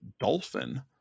Dolphin